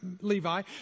Levi